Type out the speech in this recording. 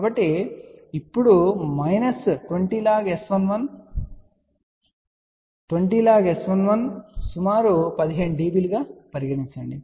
కాబట్టి ఇప్పుడు minus 20 log S11 20 log S11 సుమారు 15 dB గా పరిగణించండి